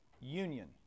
union